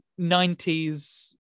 90s